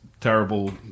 terrible